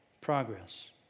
progress